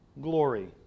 glory